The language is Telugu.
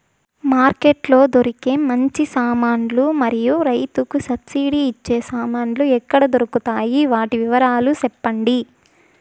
మార్కెట్ లో దొరికే మంచి సామాన్లు మరియు రైతుకు సబ్సిడి వచ్చే సామాన్లు ఎక్కడ దొరుకుతాయి? వాటి వివరాలు సెప్పండి?